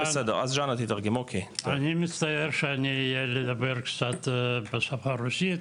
אני מצטער שאני מדבר בשפה רוסית,